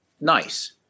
nice